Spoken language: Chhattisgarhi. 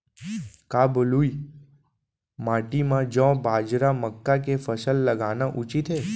का बलुई माटी म जौ, बाजरा, मक्का के फसल लगाना उचित हे?